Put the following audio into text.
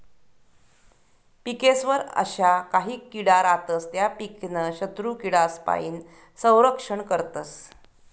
पिकेस्वर अशा काही किडा रातस त्या पीकनं शत्रुकीडासपाईन संरक्षण करतस